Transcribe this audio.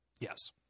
Yes